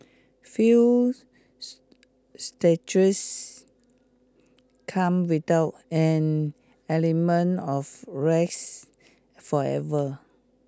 few come without an element of risk forever